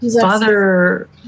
Father